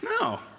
No